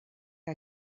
que